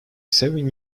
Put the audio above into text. seven